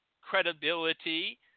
credibility